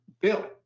Bill